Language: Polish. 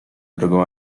drogą